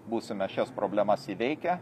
būsime šias problemas įveikę